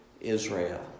Israel